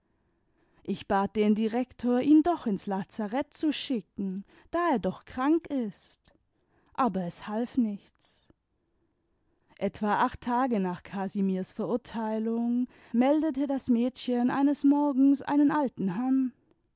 ich bat den direktor ihn doch ins lazarett zu schicken da er doch krank ist aber es half nichts etwa acht tage nach casimirs verurteilung meldete das mädchen eines morgens einen alten herrn